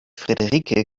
frederike